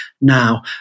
now